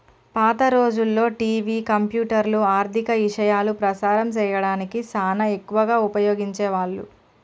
పాత రోజుల్లో టివి, కంప్యూటర్లు, ఆర్ధిక ఇశయాలు ప్రసారం సేయడానికి సానా ఎక్కువగా ఉపయోగించే వాళ్ళు